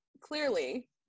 clearly